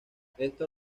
esto